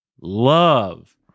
love